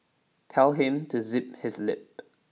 tell him to zip his lip